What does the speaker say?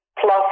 plus